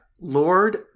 Lord